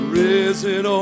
risen